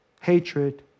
hatred